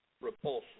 Repulsion